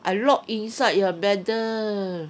I locked inside ah better